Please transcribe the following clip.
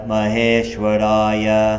Maheshwaraya